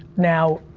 now,